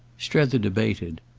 strether debated.